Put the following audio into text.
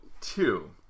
Two